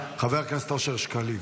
חבר הכנסת אושר שקלים,